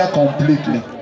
completely